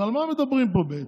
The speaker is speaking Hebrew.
אז על מה מדברים פה בעצם?